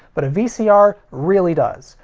but a vcr really does.